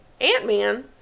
ant-man